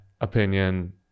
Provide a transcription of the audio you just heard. opinion